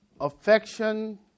affection